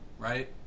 Right